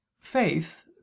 faith